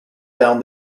down